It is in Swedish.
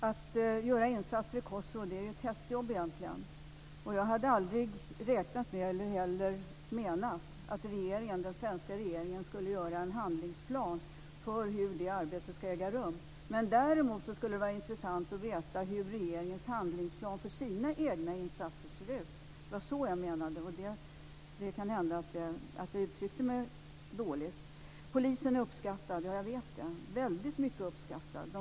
Fru talman! Det är egentligen ett hästjobb att göra insatser i Kosovo. Jag hade aldrig räknat med eller heller menat att den svenska regeringen skulle göra en handlingsplan för hur det arbetet ska gå till. Däremot skulle det vara intressant att veta hur regeringens handlingsplan för sina egna insatser ser ut. Det var så jag menade - det kan hända att jag uttryckte mig dåligt. Polisen är uppskattad. Jag vet att den är väldigt mycket uppskattad.